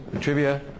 trivia